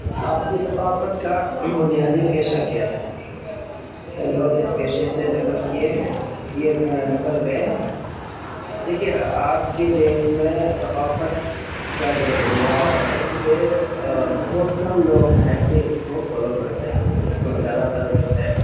آپ کی ثقافت کا بنیادی پیشہ کیا ہے کیا لوگ اس پیشے سے نکل کے ہیں کیے نکل گئے ہیں دیکھیے آج کے ڈیٹ میں ثقافت کا جو بنیاد ہے اس پہ بہت کم لوگ ہیں کہ اس کو فالو کرتے ہیں نہیں تو زیادہ تر جو ہے